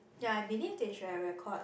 ya I believe they should have record